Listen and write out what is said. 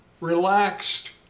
relaxed